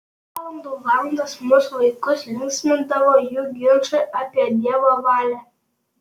valandų valandas mus vaikus linksmindavo jų ginčai apie dievo valią